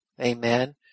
Amen